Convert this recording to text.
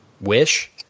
wish